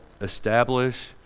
establish